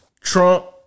Trump